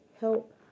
help